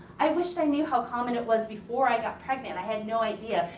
i wish i knew how common it was before i got pregnant. i had no idea.